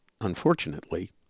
unfortunately